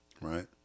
right